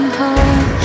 home